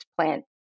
plant